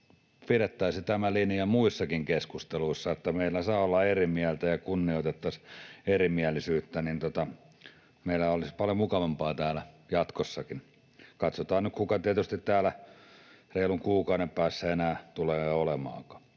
että pidettäisiin tämä linja muissakin keskusteluissa, että meillä saa olla eri mieltä ja kunnioitettaisiin erimielisyyttä. Meillä olisi paljon mukavampaa täällä jatkossakin. Katsotaan nyt, kuka tietysti täällä reilun kuukauden päästä enää tulee olemaankaan.